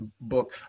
book